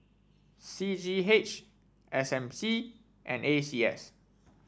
C G H S M C and A C S